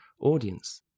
audience